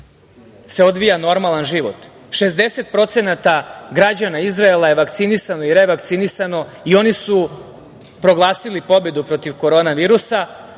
se odvija normalan život, 60% građana Izraela je vakcinisano i revakcinisano i oni su proglasili pobedu protiv korona virusa,